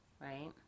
right